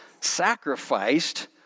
sacrificed